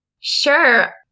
Sure